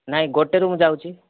ନାଇଁ ଗୋଟାଏ ରୁ ମୁଁ ଯାଉଛି